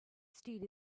steed